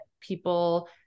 people